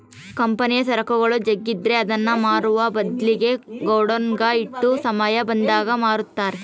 ಕಂಪನಿಯ ಸರಕುಗಳು ಜಗ್ಗಿದ್ರೆ ಅದನ್ನ ಮಾರುವ ಬದ್ಲಿಗೆ ಗೋಡೌನ್ನಗ ಇಟ್ಟು ಸಮಯ ಬಂದಾಗ ಮಾರುತ್ತಾರೆ